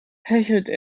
hechelte